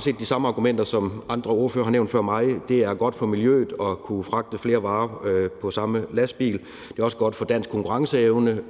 set de samme argumenter, som andre ordførere før mig har nævnt, altså at det er godt for miljøet at kunne fragte flere varer på den samme lastbil, og at det også er godt for den danske konkurrenceevne